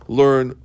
learn